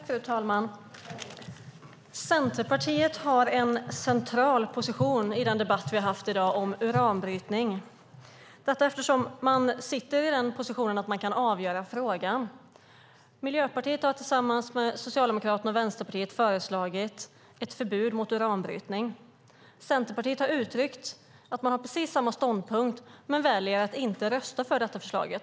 Fru talman! Centerpartiet har en central position i den debatt vi har haft i dag om uranbrytning eftersom man sitter i den positionen att man kan avgöra frågan. Miljöpartiet har tillsammans med Socialdemokraterna och Vänsterpartiet föreslagit ett förbud mot uranbrytning. Centerpartiet har uttryckt att man har precis samma ståndpunkt men väljer att inte rösta för detta förslag.